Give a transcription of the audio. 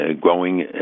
growing